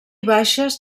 baixes